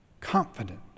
confident